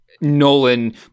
Nolan